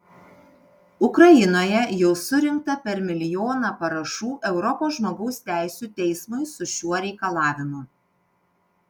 ukrainoje jau surinkta per milijoną parašų europos žmogaus teisių teismui su šiuo reikalavimu